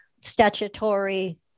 statutory